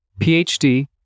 PhD